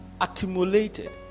accumulated